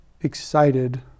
excited